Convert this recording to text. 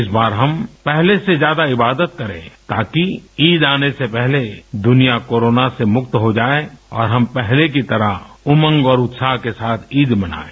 इस बार हम पहले से ज्यादा इबादत करें ताकि ईद आने से पहले दुनिया कोरोना से मुक्त हो जाये और हम पहले की तरह उमंग और उत्साह के साथ ईद मनायें